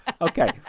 Okay